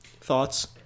Thoughts